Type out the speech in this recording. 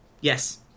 Yes